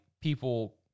people